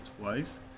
twice